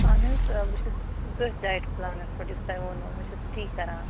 اَہَن حظ آ بہٕ چھَس تٔتھۍ ڈایٹ پُلانَس پٮ۪ٹھ یُس تۄہہِ ووٚنوٕ بہٕ چھَس تی کَران